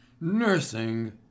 nursing